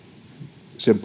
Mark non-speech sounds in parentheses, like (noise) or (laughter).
sen (unintelligible)